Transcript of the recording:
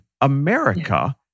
America